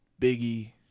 Biggie